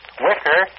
Wicker